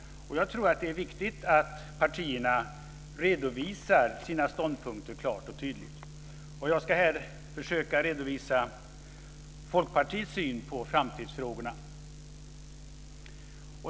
Jag tror att det är viktigt att partierna redovisar sina ståndpunkter klart och tydligt. Jag ska här försöka redovisa Folkpartiets syn på framtidsfrågorna.